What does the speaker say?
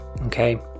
okay